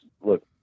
look